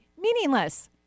meaningless